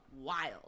wild